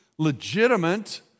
legitimate